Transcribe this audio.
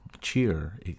cheer